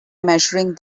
measuring